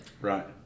Right